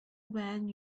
when